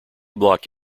block